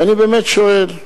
אני באמת שואל: